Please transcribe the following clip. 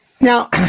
Now